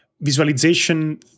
visualization